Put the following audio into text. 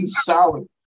solid